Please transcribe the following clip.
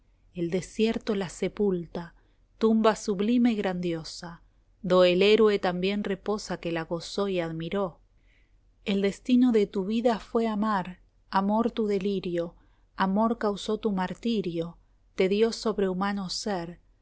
el desierto la sepulta tumba sublime y grandiosa do el héroe también reposa que la gozó y admiró el destino de tu vida fué amar amor tu delirio amor causó tu martirio te dio sobrehumano ser